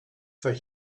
for